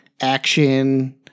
action